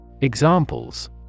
Examples